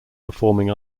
performing